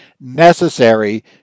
necessary